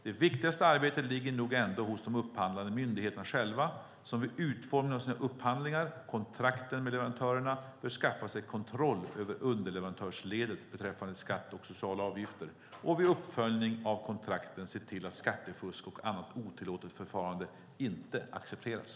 Det viktigaste arbetet ligger nog ändå hos de upphandlande myndigheterna själva, som vid utformningen av sina upphandlingar och kontrakten med leverantörerna bör skaffa sig kontroll över underleverantörsledet beträffande skatt och sociala avgifter och vid uppföljning av kontrakten se till att skattefusk och annat otillåtet förfarande inte accepteras.